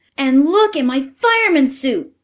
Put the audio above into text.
and look at my fireman's suit!